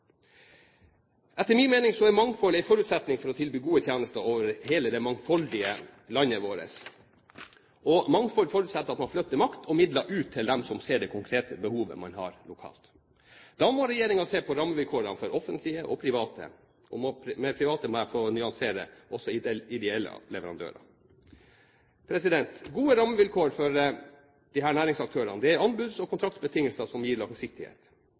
Etter min mening er mangfold en forutsetning for å tilby gode tjenester over hele vårt mangfoldige land. Mangfold forutsetter at man flytter makt og midler ut til dem som ser det konkrete behovet man har lokalt. Da må regjeringen se på rammevilkårene for offentlige og private. Med private må jeg få nyansere – også ideelle leverandører. Gode rammevilkår for disse næringsaktørene er anbuds- og kontraktsbetingelser som gir langsiktighet,